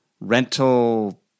rental